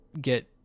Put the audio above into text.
get